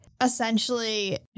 Essentially